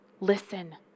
Listen